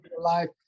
life